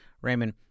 Raymond